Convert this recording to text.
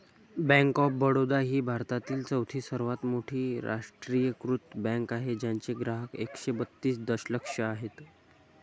bank of Baroda ही भारतातील चौथी सर्वात मोठी राष्ट्रीयीकृत बँक आहे ज्याचे ग्राहक एकशे बत्तीस दशलक्ष आहेत